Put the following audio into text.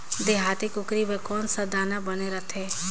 देहाती कुकरी बर कौन सा दाना बने रथे?